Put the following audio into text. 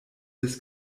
des